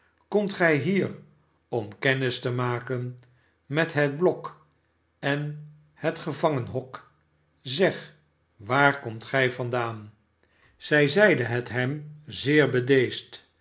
komt gij hier om kermis te maken met het blok en het gevangenhok zeg waar komt gij vandaan zij zeide het hem zeer